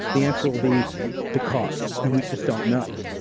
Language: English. the answer will be because and we just don't know.